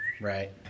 right